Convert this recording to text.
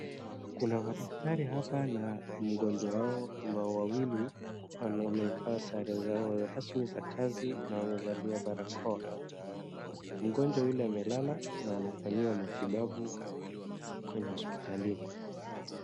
Kuna madakitari hapa na mgonjwa wao ambao wawili wamevalia sare zao rasmi za kazi na wamevalia barakoa. Mgonjwa yule amelala na anafanyiwa matibabu kwenye hosipitalini.